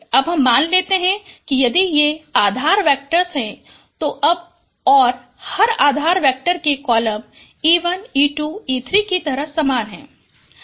अब हम मान लेते हैं कि यदि ये आधार वेक्टर्स हैं तो अब और हर आधार वेक्टर के कॉलम e1 e2 e3 की तरह सामान है